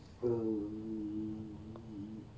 err